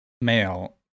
male